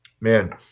Man